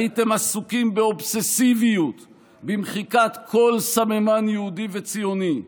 הייתם עסוקים באובססיביות במחיקת כל סממן יהודי וציוני,